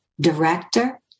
director